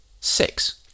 six